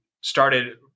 started